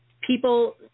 people